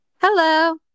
Hello